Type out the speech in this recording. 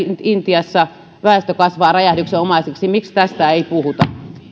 intiassa väestö kasvaa räjähdyksenomaisesti miksi tästä ei puhuta